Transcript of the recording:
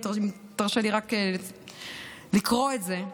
אם תרשה לי רק לקרוא את זה: